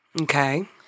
Okay